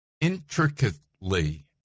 intricately